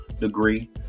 degree